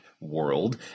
world